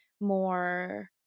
more